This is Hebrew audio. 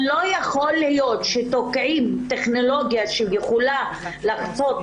לא יכול להיות שתוקעים טכנולוגיה שיכולה לעזור,